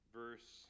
verse